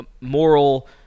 moral